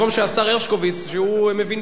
שהוא מבין גדול בעניינים אחרים,